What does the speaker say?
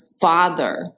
father